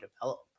develop